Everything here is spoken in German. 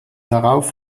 darauf